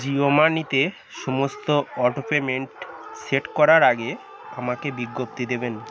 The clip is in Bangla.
জিও মানিতে সমস্ত অটো পেমেন্ট সেট করার আগে আমাকে বিজ্ঞপ্তি দেবেন